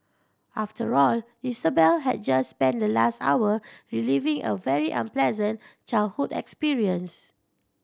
after all Isabel had just spent the last hour reliving a very unpleasant childhood experience